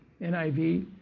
NIV